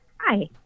Hi